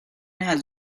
has